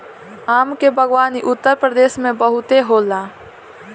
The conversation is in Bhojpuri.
आम के बागवानी उत्तरप्रदेश में बहुते होला